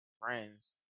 friends